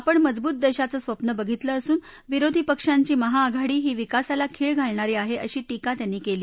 आपण मजबूत देशाचं स्वप्न बघीतलं असून विरोधी पक्षांची महाआघाडी ही विकासाला खीळ घालणारी आहे अशी टीका त्यांनी केली